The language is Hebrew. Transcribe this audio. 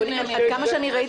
עד כמה שאני ראיתי,